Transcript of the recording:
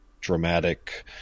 dramatic